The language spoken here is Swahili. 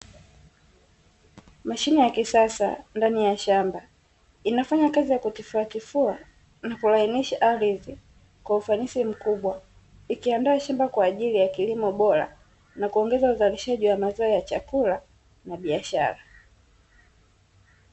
Mashine ya kisasa ndani ya shamba. Inafanya kazi ya kutifutifua na kulainisha ardhi kwa ufanisi mkubwa, ikiandaa shamba kwa ajili ya kilimo bora na kuongeza uzalishaji wa mazao ya chakula na biashara.